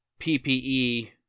PPE